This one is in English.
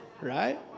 Right